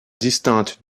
distincte